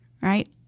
right